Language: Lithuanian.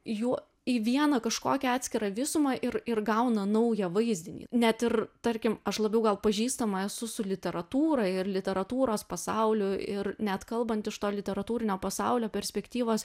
jų į vieną kažkokią atskirą visumą ir ir gauna naują vaizdinį net ir tarkim aš labiau gal pažįstama su literatūra ir literatūros pasauliu ir net kalbant iš to literatūrinio pasaulio perspektyvos